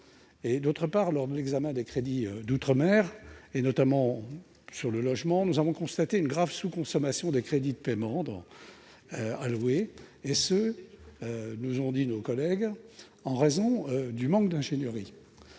? Enfin, lors de l'examen des crédits de l'outre-mer, notamment au regard du logement, nous avons constaté une grave sous-consommation des crédits de paiement alloués, et cela, nous ont dit nos collègues, en raison du manque d'ingénierie.